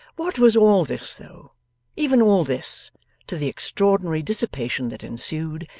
what was all this though even all this to the extraordinary dissipation that ensued,